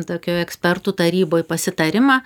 tokių ekspertų taryboj pasitarimą